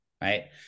right